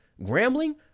Grambling